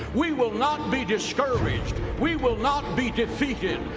we will not be discouraged! we will not be defeated!